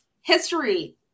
history